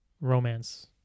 romance